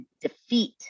defeat